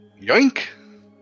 Yoink